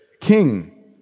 King